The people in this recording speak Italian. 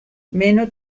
meno